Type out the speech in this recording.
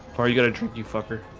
are you gonna drink you fucker